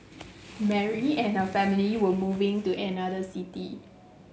Mary and her family were moving to another city